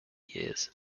years